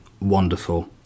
wonderful